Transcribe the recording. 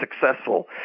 successful